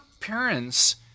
parents